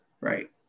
Right